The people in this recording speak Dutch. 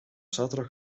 zaterdag